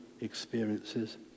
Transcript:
experiences